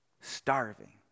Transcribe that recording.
starving